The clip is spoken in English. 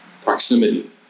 Proximity